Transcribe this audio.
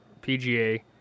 PGA